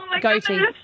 Goatee